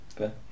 Okay